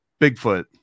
Bigfoot